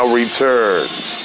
returns